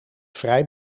vrij